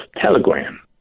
telegram